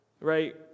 right